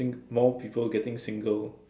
more people getting single